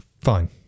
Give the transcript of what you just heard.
Fine